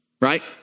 right